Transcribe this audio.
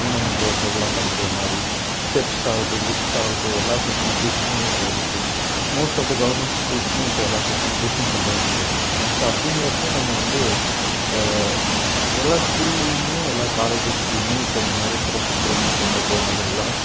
ஊனமுற்றவர்கள்லாம் படிக்கிறமாதிரி ஸ்டெப்ஸ் ஆகட்டும் லிப்ட் ஆகட்டும் எல்லாம் ஃபெஸிலிடீஸ்மே இப்போ இருக்குது மோஸ்ட் ஆஃப் த கவெர்மெண்ட் ஸ்கூல்ஸ்லேயும் இப்போ எல்லா ஃபெஸிலிடீஸ்மே கொண்டு வந்துட்டு இருக்காங்க ஸோ அப்படிங்கறப்ப நம்ம வந்து எல்லா ஸ்கூல்லேயுமே எல்லா காலேஜஸ்லேயுமே இப்போ இந்த மாதிரி சிறப்பு திறன் கொண்ட குழந்தைகள்லாம்